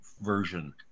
version